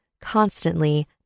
constantly